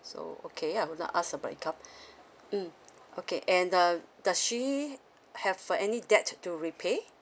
so okay I wouldn't ask about income mm okay and um does she have for any debt to repay